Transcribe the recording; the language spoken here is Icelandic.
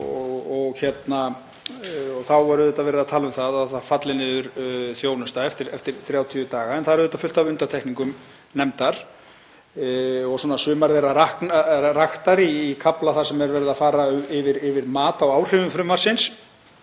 Þá er verið að tala um að það falli niður þjónusta eftir 30 daga en það er auðvitað fullt af undantekningum nefndar og sumar þeirra raktar í kafla þar sem er verið að fara yfir mat á áhrifum frumvarpsins.